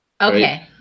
Okay